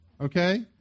Okay